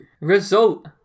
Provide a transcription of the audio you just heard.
result